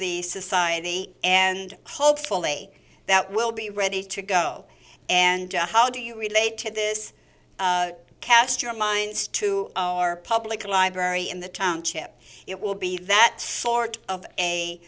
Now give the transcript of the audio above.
the society and hopefully that will be ready to go and how do you relate to this cast your minds to our public library in the township it will be that sort of